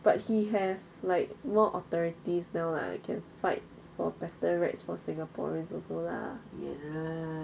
but he have like more authorities now lah can fight for better rights for singaporeans also lah